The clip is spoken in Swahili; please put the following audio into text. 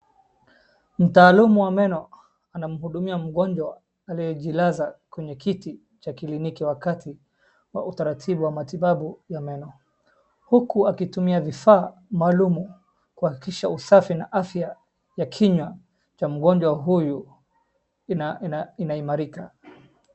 Mtaalum wa meno anamhudumia mgonjwa aliyejilaza kwenye kiti cha kliniki wakati wa utaratibu wa matibabu ya meno uku akitumia vifaa maalum kuhakikisha usafi na afya ya kinywa cha mgonjwa huyu inainaimarika.